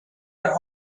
are